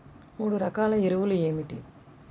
మూడు రకాల ఎరువులు ఏమిటి?